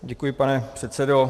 Děkuji, pane předsedo.